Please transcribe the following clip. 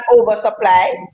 oversupply